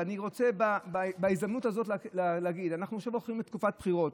ואני רוצה בהזדמנות הזאת להגיד: אנחנו עכשיו הולכים לתקופת בחירות.